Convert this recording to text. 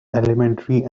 elementary